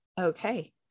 Okay